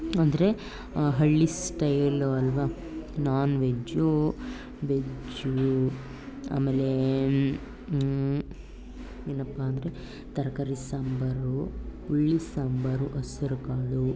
ಅಂದರೆ ಹಳ್ಳಿ ಸ್ಟಯ್ಲು ಅಲ್ವ ನಾನ್ ವೆಜ್ಜೂ ವೆಜ್ಜೂ ಅಮೇಲೆ ಏನಪ್ಪಾಂದ್ರೆ ತರಕಾರಿ ಸಾಂಬಾರು ಹುಳಿ ಸಾಂಬಾರು ಹೆಸ್ರುಕಾಳು